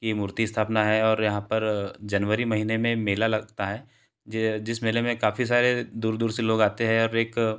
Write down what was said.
की मूर्ति स्थापना है और यहाँ पर जनवरी महीने में मेला लगता है जे जिस मेले में काफ़ी सारे दूर दूर से लोग आते है और एक